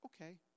okay